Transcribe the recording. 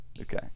Okay